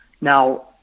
Now